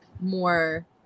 more